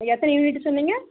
எத்தனை யூனிட்டு சொன்னீங்க